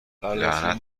لعنت